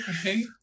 okay